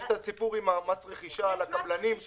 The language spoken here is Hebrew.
את הסיפור עם מס הרכישה על הקבלנים,